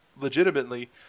legitimately